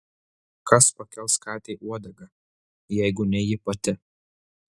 kas pakels katei uodegą jeigu ne ji pati